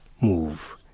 move